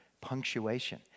punctuation